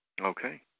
Okay